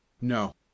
No